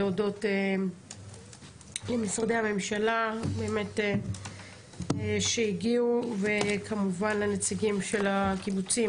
להודות למשרדי הממשלה שהגיעו וכמובן לנציגים של הקיבוצים,